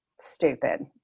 stupid